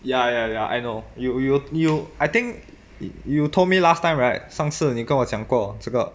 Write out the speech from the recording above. ya ya ya I know you you 你有 I think y~ you told me last time right 上次你跟我讲过这个